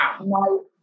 wow